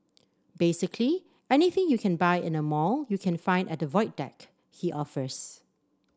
basically anything you can buy in a mall you can find at the Void Deck he offers